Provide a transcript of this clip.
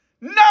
No